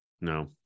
No